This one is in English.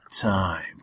time